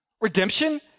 Redemption